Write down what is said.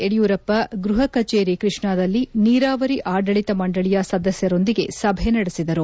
ಯಡಿಯೂರಪ್ಪ ಗೃಹ ಕಚೇರಿ ಕೃಷ್ಣಾದಲ್ಲಿ ನೀರಾವರಿ ಆದಳಿತ ಮಂಡಳಿಯ ಸದಸ್ಯರೊಂದಿಗೆ ಸಭೆ ನಡೆಸಿದರು